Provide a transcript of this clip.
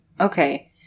Okay